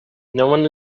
noone